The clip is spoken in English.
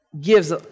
gives